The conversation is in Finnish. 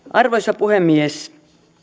arvoisa puhemies